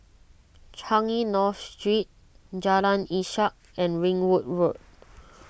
Changi North Street Jalan Ishak and Ringwood Road